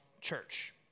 church